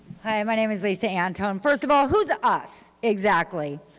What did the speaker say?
hi, my name is lisa antone. first of all, who is ah us exactly?